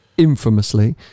infamously